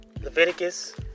Leviticus